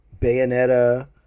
Bayonetta